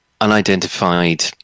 unidentified